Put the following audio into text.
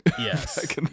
Yes